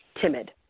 timid